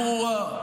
בצורה הכי ברורה.